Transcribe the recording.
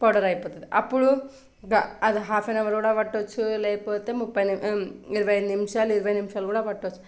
powder అయిపోతుంది అప్పుడు అది హాఫ్ అన్ అవర్ కూడా పట్టొచ్చు లేపోతే ముప్పై ఇరవై ఐదు నిమిషాలు ఇరవై నిమిషాలు కూడా పట్టొచ్చు